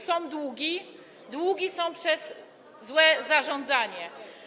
Są długi, a długi są przez złe zarządzanie.